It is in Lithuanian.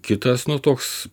kitas nu toks